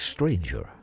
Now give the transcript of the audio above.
Stranger